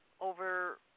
over